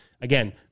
again